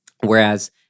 Whereas